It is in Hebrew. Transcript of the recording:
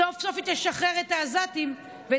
סוף סוף היא תשחרר את העזתים ותאפשר